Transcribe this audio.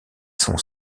sont